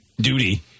duty